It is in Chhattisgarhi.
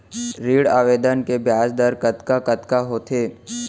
ऋण आवेदन के ब्याज दर कतका कतका होथे?